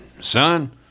Son